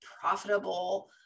profitable